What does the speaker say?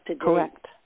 correct